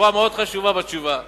שורה מאוד חשובה בתשובה.